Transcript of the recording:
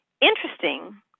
Interesting